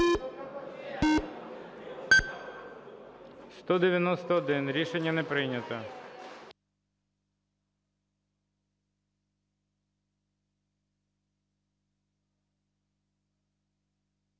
За-210 Рішення не прийнято.